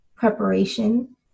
Preparation